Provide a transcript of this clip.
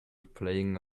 playing